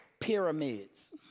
Pyramids